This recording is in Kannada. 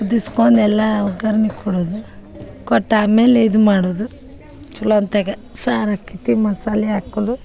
ಕುದಿಸ್ಕೊಂದೆಲ್ಲಾ ಒಗ್ಗರಣಿ ಕೊಡುದು ಕೊಟ್ಟ ಆಮೇಲೆ ಇದು ಮಾಡುದು ಚಲೋ ಅಂತೆಗ ಸಾರು ಆಕೈತಿ ಮಸಾಲೆ ಹಾಕುದು